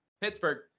pittsburgh